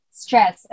stress